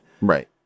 Right